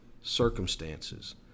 circumstances